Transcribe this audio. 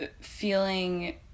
feeling